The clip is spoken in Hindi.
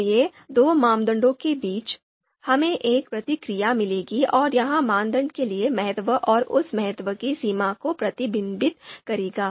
इसलिए दो मानदंडों के बीच हमें एक प्रतिक्रिया मिलेगी और यह मानदंड के लिए महत्व और उस महत्व की सीमा को प्रतिबिंबित करेगा